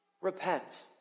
repent